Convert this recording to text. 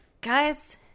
Guys